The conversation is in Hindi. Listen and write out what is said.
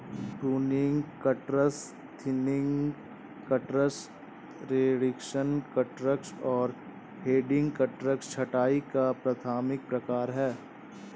pruning cuts, thinning cuts, reduction cuts और हेडिंग कट्स छंटाई का प्राथमिक प्रकार हैं